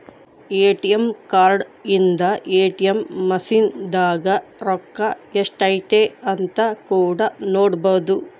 ATM card ಇಂದ ATM machine ದಾಗ ರೊಕ್ಕ ಎಷ್ಟೈತೆ ಅಂತ ಕೂಡ ನೊಡ್ಬೊದು